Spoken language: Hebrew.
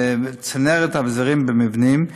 לבין צנרת ואביזרים במבנים,